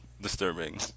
disturbing